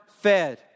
fed